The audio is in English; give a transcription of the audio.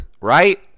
right